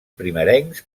primerencs